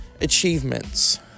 achievements